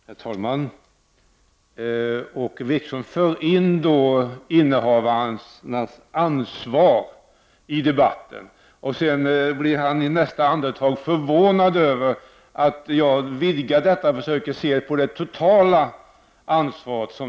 Herr talman! Åke Wictorsson för in innehavarnas ansvar i debatten, men blir i nästa andetag förvånad över att jag vidgar den till att gälla deras totala ansvar.